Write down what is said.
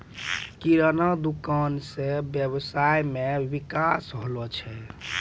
किराना दुकान से वेवसाय मे विकास होलो छै